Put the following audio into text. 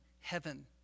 heaven